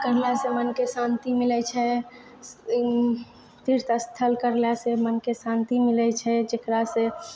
करला से मनके शान्ति मिलै छै तीर्थ स्थल करला से मनके शान्ति मिलै छै जेकरा से